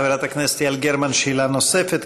חברת הכנסת יעל גרמן, שאלה נוספת.